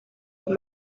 were